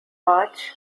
march